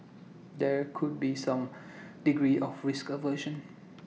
there could be some degree of risk aversion